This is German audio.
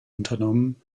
unternommen